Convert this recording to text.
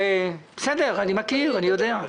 בסדר, אני מכיר, אני יודע.